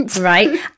right